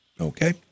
okay